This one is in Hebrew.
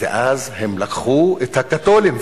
ואז הם לקחו את הקתולים,